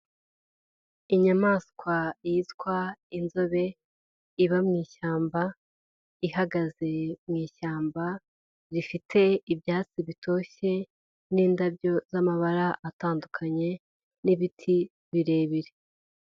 Inyamaswa yitwa inzobe iba mu ishyamba ihagaze mu ishyamba rifite ibyatsi bitoshye n'indabyo z'amabara atandukanye n'ibiti birebire.